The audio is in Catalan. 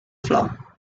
flor